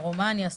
רומניה,